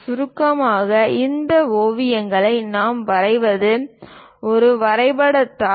சுருக்கமாக இந்த ஓவியங்களை நாம் வரைவது ஒரு வரைபடத் தாள்